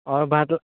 હા ભાત